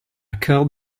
curled